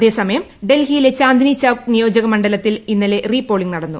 അതേസമയം ഡൽഹിയിലെ ചാന്തിനിചൌക്ക് നിയോജക മണ്ഡലത്തിൽ ഇന്നലെ റീപോളിംഗ് നടന്നു